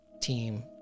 team